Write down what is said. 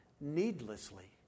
needlessly